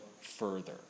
further